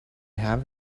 have